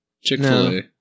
Chick-fil-A